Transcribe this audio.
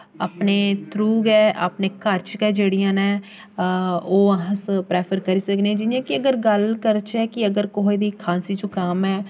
अपने थ्रू गै अपने घर च गै जेह्ड़ियां न ओह् अस प्रैफर करी सकने आं जि'यां कि अगर गल्ल करचै अगर कुसै गी खांसी जुकाम ऐ